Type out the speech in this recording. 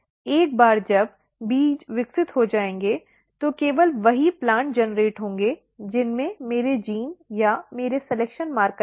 एक बार जब बीज विकसित हो जाएंगे तो केवल वही प्लांट उत्पन्न होंगे जिनमें मेरे जीन या मेरे सलिक्शन मार्कर है